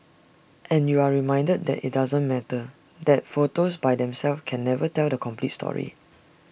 and you are reminded that IT doesn't matter that photos by themselves can never tell the complete story